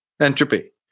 Entropy